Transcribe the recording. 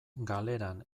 galeran